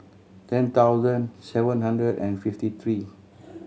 ten thousand seven hundred and fifty three